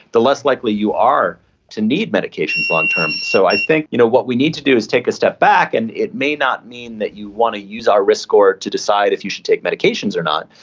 the less likely you are to need medications long term. so i think you know what we need to do is take a step back, and it may not mean that you want to use our risk score to decide if you should take medications or not,